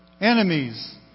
Enemies